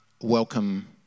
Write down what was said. welcome